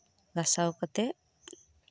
ᱜᱟᱥᱟᱣ ᱠᱟᱛᱮᱜ